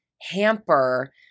hamper